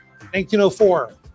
1904